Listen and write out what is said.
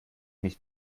nicht